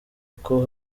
uko